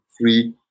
free